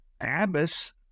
Abbess